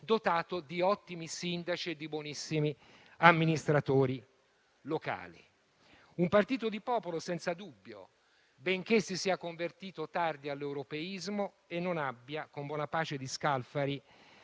dotato di ottimi sindaci e di buonissimi amministratori locali. Un partito di popolo, senza dubbio, benché si sia convertito tardi all'europeismo e non abbia, con buona pace di Scalfari,